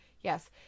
Yes